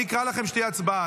אני אקרא לכם כשתהיה הצבעה.